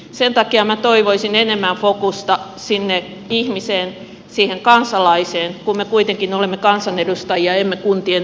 sen takia minä toivoisin enemmän fokusta sinne ihmiseen siihen kansalaiseen kun me kuitenkin olemme kansan edustajia emme kuntien edustajia